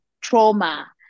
trauma